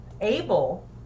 able